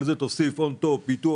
על זה תוסיף on top פיתוח,